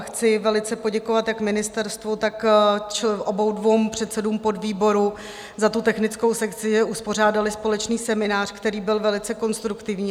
Chci velice poděkovat jak ministerstvu, tak oběma předsedům podvýboru za technickou sekci, že uspořádali společný seminář, který byl velice konstruktivní.